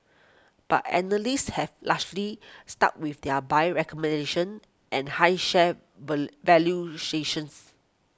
but analysts have largely stuck with their buy recommendations and high share were